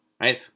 right